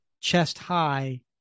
chest-high